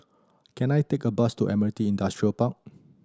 can I take a bus to Admiralty Industrial Park